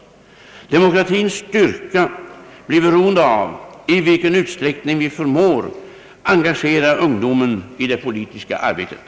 Demokratins styrka blir beroende av i vilken utsträck ning vi förmår engagera ungdomen i det politiska arbetet.